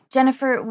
Jennifer